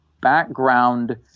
background